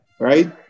right